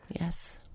Yes